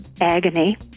agony